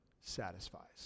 satisfies